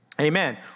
Amen